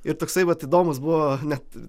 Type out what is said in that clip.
ir toksai vat įdomus buvo net